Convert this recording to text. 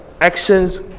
Actions